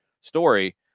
story